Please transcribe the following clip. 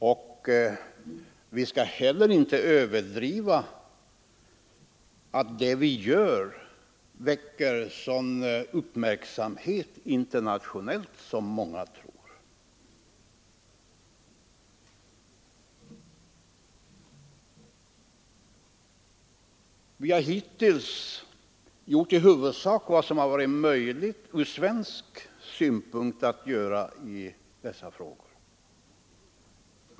Det vi gör väcker heller inte så stor uppmärksamhet internationellt som många tror. Vi har hittills gjort i huvudsak vad som från svensk synpunkt varit möjligt.